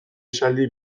esaldi